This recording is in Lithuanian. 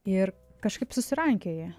ir kažkaip susirankioja